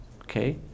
Okay